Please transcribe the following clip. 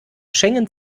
schengen